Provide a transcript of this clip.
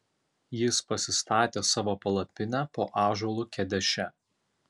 jis pasistatė savo palapinę po ąžuolu kedeše